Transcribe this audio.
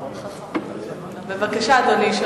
בבקשה, אדוני.